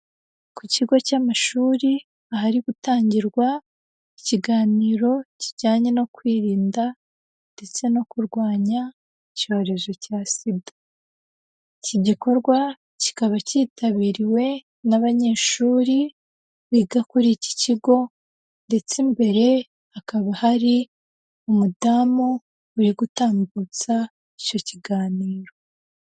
Ku kigo cy'amashuri ahari gutangirwa ikiganiro kijyanye no kwirinda ndetse no kurwanya icyorezo cya SIDA. Iki gikorwa kikaba kitabiriwe n'abanyeshuri biga kuri iki kigo ndetse imbere hakaba hari umudamu uri gutambutsa icyo kiganiro.